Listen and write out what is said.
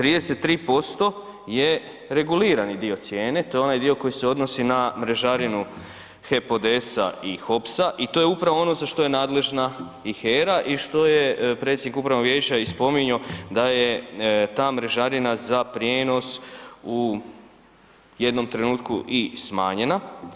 33% je regulirani dio cijene, to je onaj dio koji se odnosi na mrežarinu HEP ODS-a i HOPS-a i to je upravo ono za što je nadležna i HERA i što je predsjednik upravnog vijeća i spominjao da je ta mrežarina za prijenos u jednom trenutku i smanjena.